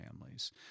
families